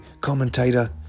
commentator